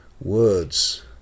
words